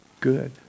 good